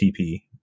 TP